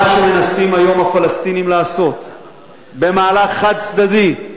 מה שמנסים היום הפלסטינים לעשות במהלך חד-צדדי,